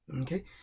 Okay